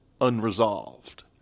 unresolved